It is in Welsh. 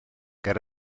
ger